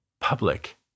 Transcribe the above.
public